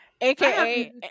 aka